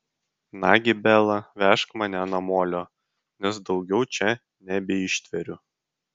nagi bela vežk mane namolio nes daugiau čia nebeištveriu